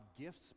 gifts